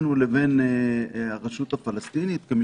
אני רוצה ככה להביע התפעלות מכל חברי